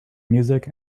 music